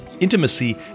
Intimacy